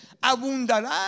abundará